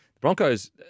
Broncos